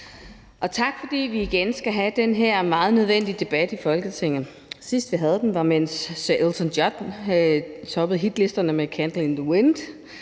og tak, fordi vi igen skal have den her meget nødvendige debat i Folketinget. Sidst vi havde den, var, mens sir Elton John toppede hitlisterne med »Candle in the Wind«